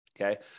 okay